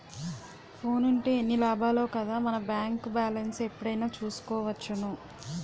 ఫోనుంటే ఎన్ని లాభాలో కదా మన బేంకు బాలెస్ను ఎప్పుడైనా చూసుకోవచ్చును